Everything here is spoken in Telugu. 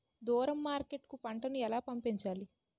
దూరం మార్కెట్ కు పంట ను ఎలా పంపించాలి?